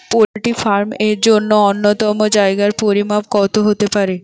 Poultry farm এর জন্য নূন্যতম জায়গার পরিমাপ কত হতে পারে?